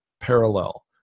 Parallel